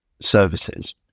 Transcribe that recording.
services